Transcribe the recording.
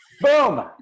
Boom